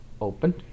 open